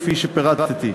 כפי שפירטתי.